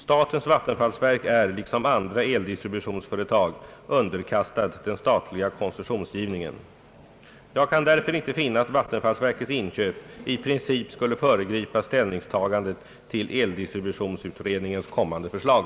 Statens vattenfallsverk är liksom andra eldistributionsföretag underkastat den statliga koncessionsgivningen. Jag kan därför inte finna att vattenfallsverkets inköp i princip skulle föregripa ställningstagandet till eldistributionsutredningens kommande förslag.